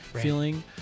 feeling